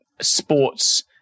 sports